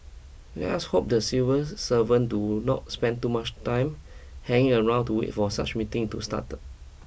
let's hope the civil servant do not spend too much time hanging around to wait for such meetings to start